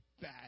bad